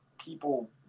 people